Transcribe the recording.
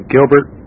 Gilbert